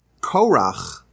Korach